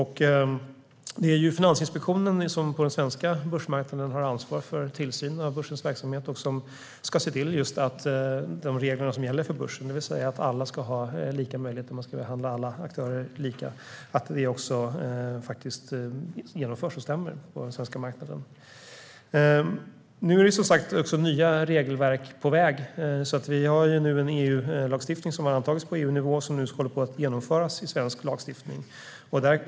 Det är Finansinspektionen som på den svenska börsmarknaden har ansvar för tillsynen av börsens verksamhet och som ska se till att reglerna som gäller för börsen, det vill säga att alla aktörer ska behandlas lika, också följs på den svenska marknaden. Nu är det nya regelverk på väg. Vi har en EU-lagstiftning som har antagits på EU-nivå och som håller på att genomföras i svensk lagstiftning.